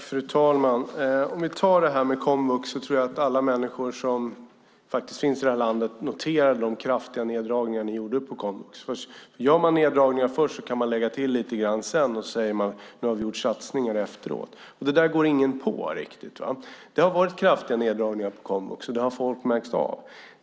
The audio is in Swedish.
Fru talman! När det gäller komvux tror jag att alla människor i det här landet har noterat de kraftiga neddragningar ni gjorde på komvux. Gör man neddragningar först kan man sedan lägga till lite grann efteråt och säga att nu har vi gjort satsningar. Men det där går ingen riktigt på. Det har varit kraftiga neddragningar på komvux, och det har folk märkt av.